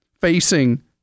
facing